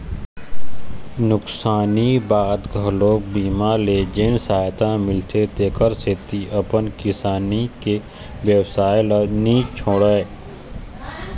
नुकसानी बाद घलोक बीमा ले जेन सहायता मिलथे तेखर सेती अपन किसानी के बेवसाय ल नी छोड़य